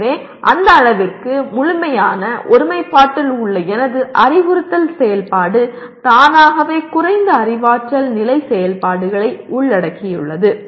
எனவே அந்த அளவிற்கு முழுமையான ஒருமைப்பாட்டில் உள்ள எனது அறிவுறுத்தல் செயல்பாடு தானாகவே குறைந்த அறிவாற்றல் நிலை செயல்பாடுகளை உள்ளடக்கியுள்ளது